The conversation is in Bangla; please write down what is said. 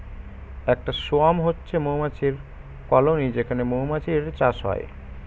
একটা সোয়ার্ম হচ্ছে মৌমাছির কলোনি যেখানে মৌমাছির চাষ হয়